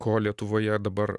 ko lietuvoje dabar